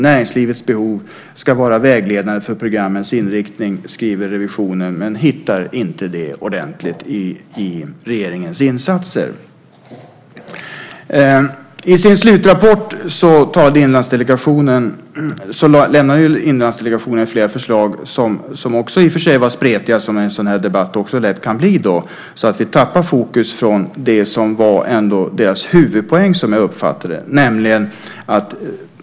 Näringslivets behov ska vara vägledande för programmens inriktning, skriver revisionen, men hittar inte det ordentligt i regeringens insatser. I sin slutrapport lämnade Inlandsdelegationen flera förslag som i och för sig var spretiga som också en sådan här debatt lätt kan bli. Vi tappar fokus från det som ändå var dess huvudpoäng, som jag uppfattade det.